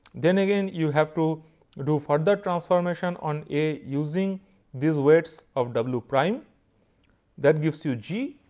then again you have to do further transformation on a using these weights of w prime that gives you g